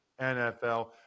NFL